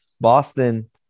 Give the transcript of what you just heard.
Boston